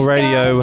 Radio